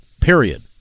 period